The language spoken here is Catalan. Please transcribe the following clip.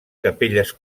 capelles